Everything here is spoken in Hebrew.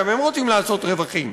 גם הם רוצים לעשות רווחים.